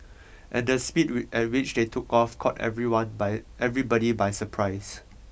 and the speed at which they took off caught everyone by everybody by surprise